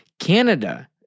Canada